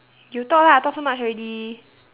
you talk lah I talk so much already